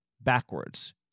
backwards